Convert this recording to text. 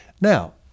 Now